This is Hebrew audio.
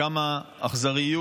כמה אכזריות